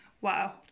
wow